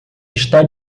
está